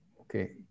okay